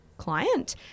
client